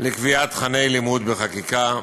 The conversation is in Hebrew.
לקביעת תוכני לימוד בחקיקה,